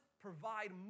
provide